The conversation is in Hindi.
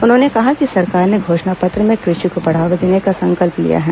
उन्होंने कहा कि सरकार ने घोषणा पत्र में कृषि को बढ़ावा देने का संकल्प लिया है